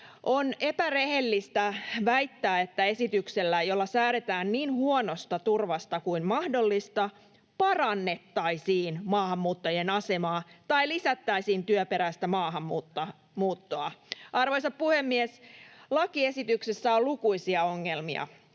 On epärehellistä väittää, että esityksellä, jolla säädetään niin huonosta turvasta kuin mahdollista, parannettaisiin maahanmuuttajien asemaa tai lisättäisiin työperäistä maahanmuuttoa. Arvoisa puhemies! Lakiesityksessä on lukuisia ongelmia,